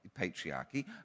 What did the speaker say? patriarchy